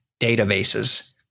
databases